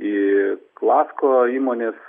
į klasko įmonės